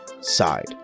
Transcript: side